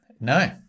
No